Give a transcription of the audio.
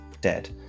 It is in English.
dead